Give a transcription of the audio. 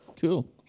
Cool